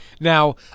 now